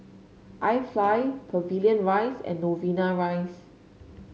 IFly Pavilion Rise and Novena Rise